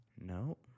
No